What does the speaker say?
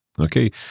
Okay